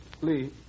Lee